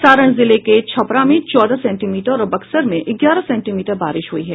सारण जिले के छपरा में चौदह सेंटीमीटर और बक्सर में ग्यारह सेंटीमीटर बारिश हुई है